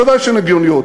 ודאי שהן הגיוניות.